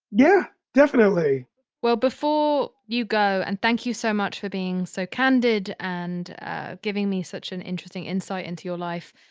yeah. definitely well, before you go, and thank you so much for being so candid and ah giving me such an interesting insight into your life,